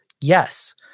Yes